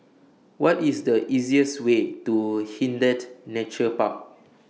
What IS The easiest Way to Hindhede Nature Park